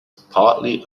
partly